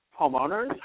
homeowners